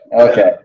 Okay